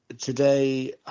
Today